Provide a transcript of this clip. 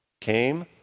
came